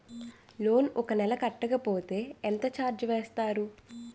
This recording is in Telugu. లోన్ ఒక నెల కట్టకపోతే ఎంత ఛార్జ్ చేస్తారు?